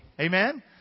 Amen